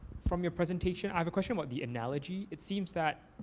from your presentation, i have a question about the analogy. it seems that